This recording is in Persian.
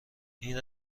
این